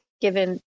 Given